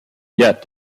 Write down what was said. yet